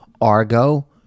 Argo